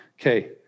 Okay